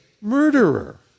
murderer